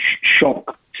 shock